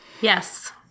yes